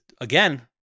again